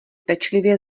pečlivě